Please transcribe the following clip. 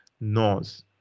knows